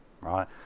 right